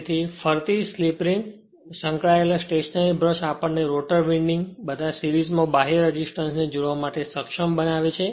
તેથી ફરતી slip ring અને સંકળાયેલ સ્ટેશનરી બ્રશ આપણને રોટર વિન્ડિંગ સાથે સીરીજ માં બાહ્ય રેસિસ્ટન્સ ને જોડવા માટે સક્ષમ બનાવે છે